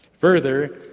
Further